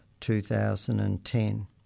2010